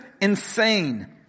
insane